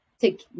take